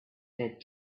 said